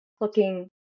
looking